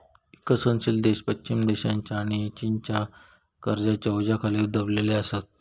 विकसनशील देश पश्चिम देशांच्या आणि चीनच्या कर्जाच्या ओझ्याखाली दबलेले असत